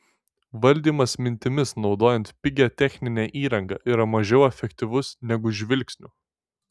valdymas mintimis naudojant pigią techninę įrangą yra mažiau efektyvus negu žvilgsniu